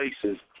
places